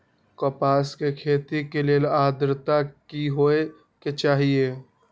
कपास के खेती के लेल अद्रता की होए के चहिऐई?